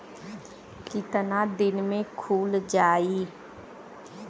कितना दिन में खुल जाई?